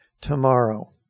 tomorrow